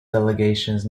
delegations